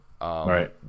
Right